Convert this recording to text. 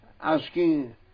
asking